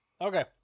Okay